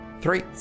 Three